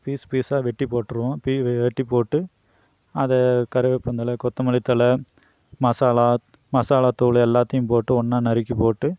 piece பீஸாக வெட்டி போட்டிருவோம் பீ வே வெட்டி போட்டு அதை கருவேப்பந்தழை கொத்தமல்லி தழை மசாலாத் மசாலாத்தூள் எல்லாத்தையும் போட்டு ஒன்றாக நறுக்கி போட்டு